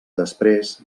després